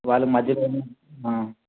వాళ్ళు మద్యలోనే